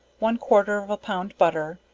one quarter of a pound butter,